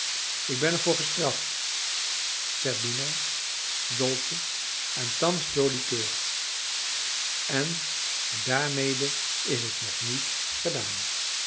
ik ben ervoor gestraft zerbino dolce en thans joli coeur en daarmede is het nog niet gedaan